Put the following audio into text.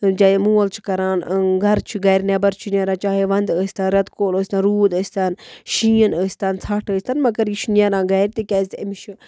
چاہے مول چھُ کَران گَرٕ چھُ گَرِ نٮ۪بر چھُ نیران چاہے وَندٕ ٲسۍتَن رٮ۪تہٕ کول ٲسۍتَن روٗد ٲسۍتَن شیٖن ٲسۍتَن ژھٹھ ٲسۍتَن مگر یہِ چھِ نیران گَرِ تِکیٛاز تہِ أمِس چھُ